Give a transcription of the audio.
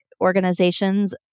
organizations